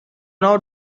out